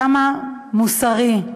כמה מוסרי.